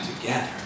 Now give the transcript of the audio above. together